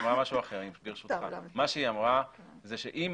היא אמרה שאם